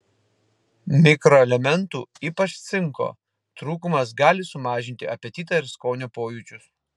mikroelementų ypač cinko trūkumas gali sumažinti apetitą ir skonio pojūčius